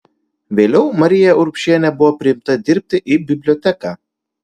vėliau marija urbšienė buvo priimta dirbti į biblioteką